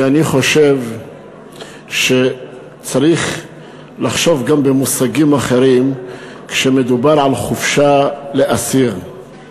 כי אני חושב שצריך לחשוב גם במושגים אחרים כשמדובר על חופשה לאסיר.